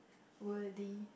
worthy